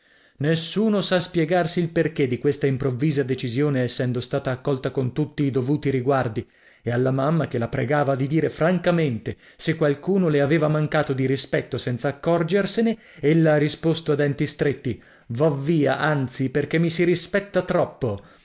nessuno sa spiegarsi il perché di questa improvvisa decisione essendo stata accolta con tutti i dovuti riguardi e alla mamma che la pregava di dire francamente se qualcuno le aveva mancato di rispetto senza accorgersene ella ha risposto a denti stretti vo via anzi perché mi si rispetta troppo